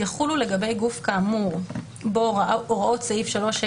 יחולו לגבי גוף כאמור בו הוראות סעיף 3ה